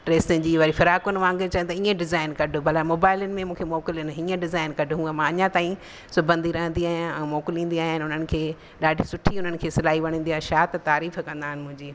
dress जी वरी फिराकुनि वांगुरु चवंदा आहिनि ईअं डिज़ाइन कढु भला मोबाइलनि में मूंखे मोकलनि हीअं डिज़ाइन कढु हूअ मां अञा ताईं सिबंदी रहंदी आहियां ऐं मोकिलींदी आहियां उन्हनि खे ॾाढी सुठी उन्हनि खे वणंदी आहे छा त तारीफ़ु कंदा आहिनि मुंहिंजी